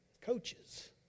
Coaches